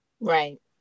Right